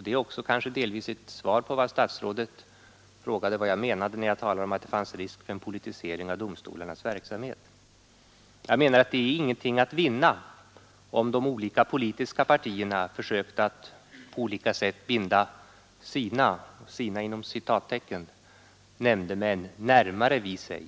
Det här är delvis också ett svar på statsrådets fråga om vad jag menade när jag i interpellationen talade om att det fanns risk för en politisering av domstolarnas verksamhet. Jag menar att det inte är någonting att vinna om de olika politiska partierna försökte att på olika sätt binda ”sina” nämndemän närmare vid sig,